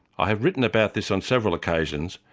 i have written about this on several occasions,